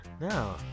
No